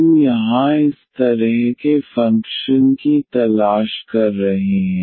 हम यहां इस तरह के फंक्शन की तलाश कर रहे हैं